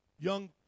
Young